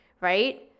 right